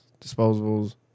disposables